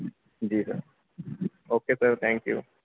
ਜੀ sir okay sir thank you